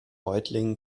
reutlingen